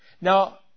Now